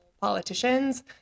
politicians